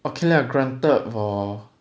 okay lah granted hor